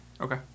Okay